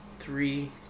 Three